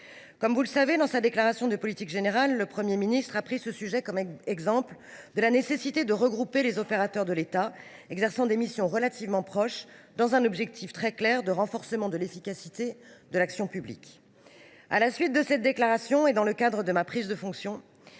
ministre a pris, dans sa déclaration de politique générale, ce sujet comme exemple de la nécessité de regrouper les opérateurs de l’État exerçant des missions relativement proches, dans un objectif très clair de renforcement de l’efficacité de l’action publique. Pas sûr ! À la suite de cette déclaration et de ma prise de fonction,